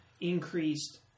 increased